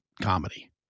comedy